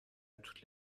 toute